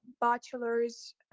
bachelor's